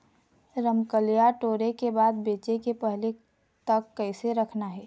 रमकलिया टोरे के बाद बेंचे के पहले तक कइसे रखना हे?